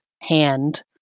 hand